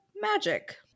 magic